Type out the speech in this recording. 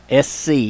SC